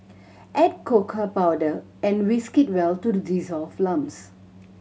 add cocoa powder and whisk well to the dissolve lumps